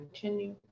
continue